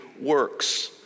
works